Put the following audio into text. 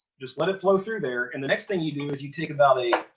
just let it flow through there. and the next thing you do is you take about a